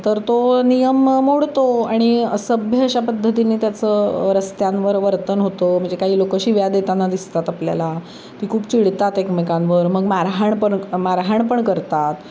तर तो नियम मोडतो आणि असभ्य अशा पद्धतीने त्याचं रस्त्यांवर वर्तन होतो म्हणजे काही लोकं शिव्या देताना दिसतात आपल्याला ती खूप चिडतात एकमेकांवर मग मारहाण पण मारहाण पण करतात